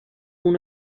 uno